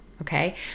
Okay